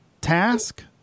task